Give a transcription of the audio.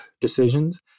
decisions